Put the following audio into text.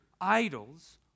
idols